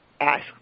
ask